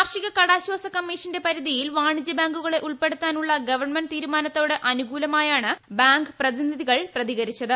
കാർഷിക കടാശ്വാസ കമ്മീഷൻറെ പരിധിയിൽ വാണിജ്യ ബാങ്കുകളെ ഉൾപ്പെടുത്താനുള്ള ഗവൺമെന്റ് തീരുമാനത്തോട് അനുകൂലമായാണ് ബാങ്ക് പ്രതിനിധികൾ പ്രതികരിച്ചത്